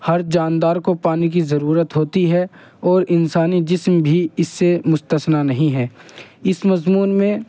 ہر جاندار کو پانی کی ضرورت ہوتی ہے اور انسانی جسم بھی اس سے مستثنیٰ نہیں ہے اس مضمون میں